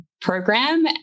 program